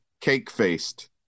cake-faced